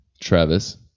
Travis